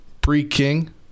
pre-King